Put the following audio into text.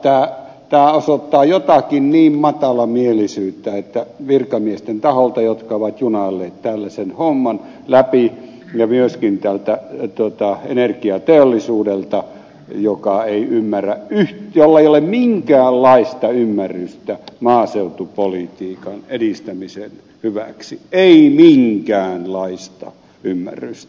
tämä osoittaa jotakin suurta matalamielisyyttä virkamiesten taholta jotka ovat junailleet tällaisen homman läpi ja myöskin energiateollisuudelta jolla ei ole minkäänlaista ymmärrystä maaseutupolitiikan edistämisen hyväksi ei minkäänlaista ymmärrystä